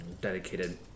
dedicated